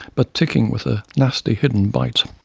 but ticking with a nasty hidden bite.